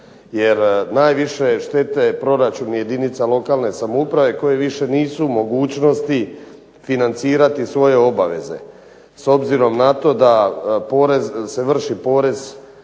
jer najviše je štete proračun jedinica lokalne samouprave koji više nisu u mogućnosti financirati svoje obaveze. S obzirom na to da porez, se vrši porez,